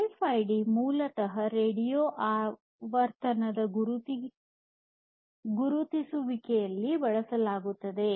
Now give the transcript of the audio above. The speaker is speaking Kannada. ಆರ್ಎಫ್ಐಡಿ ಮೂಲತಃ ರೇಡಿಯೋ ಆವರ್ತನ ಗುರುತಿಸುವಿಕೆಗೆ ಬಳಸಲಾಗುತ್ತದೆ